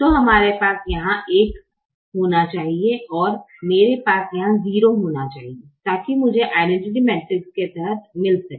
तो मेरे पास यहां 1 होना चाहिए और मेरे पास यहां 0 होना चाहिए ताकि मुझे आइडैनटिटि मैट्रिक्स के तहत मिल सके